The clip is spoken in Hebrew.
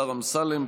השר אמסלם,